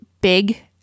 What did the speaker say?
big